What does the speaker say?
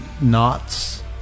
knots